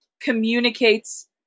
communicates